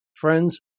friends